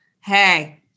hey